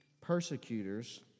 persecutors